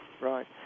Right